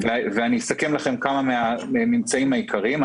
אסכם לכם כמה מן הממצאים העיקריים.